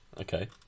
Okay